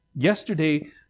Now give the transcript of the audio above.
Yesterday